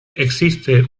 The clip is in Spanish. existe